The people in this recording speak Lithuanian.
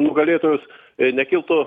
nugalėtojus ir nekiltų